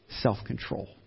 self-control